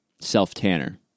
self-tanner